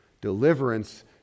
Deliverance